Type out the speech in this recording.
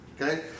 Okay